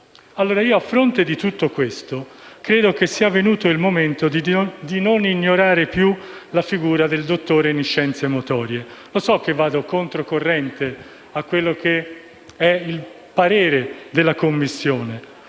clinici. A fronte di tutto questo, credo sia venuto il momento di non ignorare più la figura del dottore in scienze motorie. So di andare contro corrente rispetto al parere della Commissione,